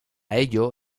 ello